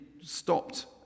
stopped